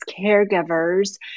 caregivers